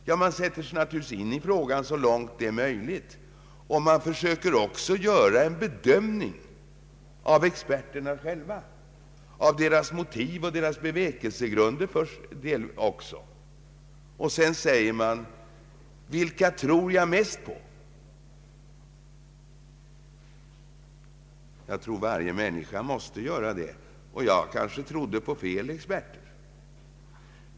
Ja, man sätter sig naturligtvis in i frågan så långt som det är möjligt och försöker göra en bedömning av experterna, av deras motiv och bevekelsegrunder. Sedan säger man: Vilken tror jag mest på? Det måste varje människa göra, och jag kanske trodde på fel experter.